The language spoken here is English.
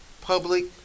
public